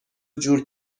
جور